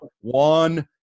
One –